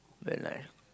when I